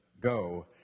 Go